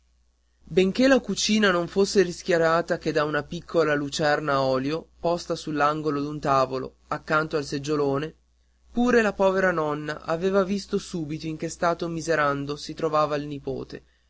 benché la cucina non fosse rischiarata che da una piccola lucerna a olio posta sull'angolo d'un tavolo accanto al seggiolone pure la povera nonna aveva visto subito in che stato miserando si trovava il nipote